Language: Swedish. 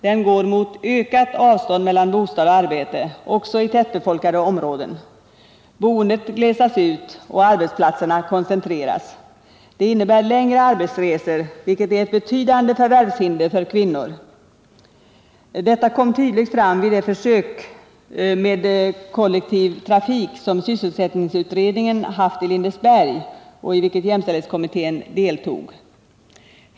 Den går mot ökat avstånd mellan bostad och arbete, också i tättbefolkade områden. Boendet glesas ut och arbetsplatserna koncentreras. Det innebär längre arbetsresor, vilket är ett betydande förvärvshinder för kvinnor. Detta kom tydligt fram vid det försök med kollektiv trafik vilket sysselsättningsutredningen genomfört i Lindesberg och i vilket jämställdhetsdelegationen deltog.